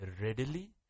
readily